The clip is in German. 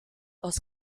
aus